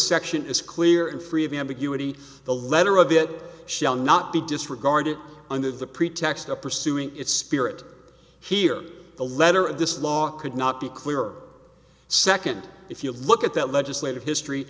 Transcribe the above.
section is clear and free of ambiguity the letter of it shall not be disregarded under the pretext of pursuing its spirit here the letter of this law could not be clearer second if you look at that legislative history